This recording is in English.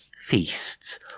feasts